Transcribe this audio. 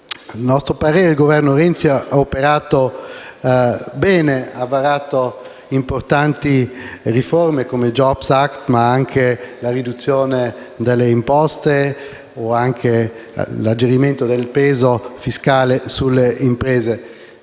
il Governo Renzi ha operato bene, ha varato importanti riforme come il *jobs act*, la riduzione delle imposte e l'alleggerimento del peso fiscale sulle imprese.